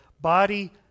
body